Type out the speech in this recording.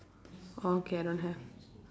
orh okay I don't have